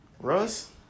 Russ